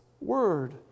Word